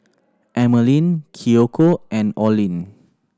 Emmaline Kiyoko and Olin